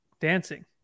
dancing